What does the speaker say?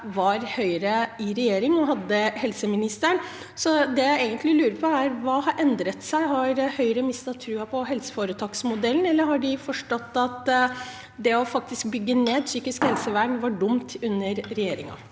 var Høyre i regjering og hadde helseministeren. Det jeg egentlig lurer på, er: Hva har endret seg? Har Høyre mistet troen på helseforetaksmodellen, eller har de forstått at det å bygge ned psykisk helsevern var dumt under deres regjering?